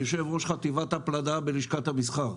יושב-ראש חטיבת הפלדה בלשכת המסחר.